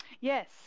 Yes